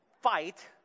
fight